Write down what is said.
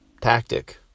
tactic